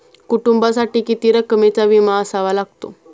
कुटुंबासाठी किती रकमेचा विमा असावा लागतो?